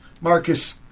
Marcus